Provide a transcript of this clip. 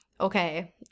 okay